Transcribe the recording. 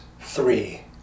three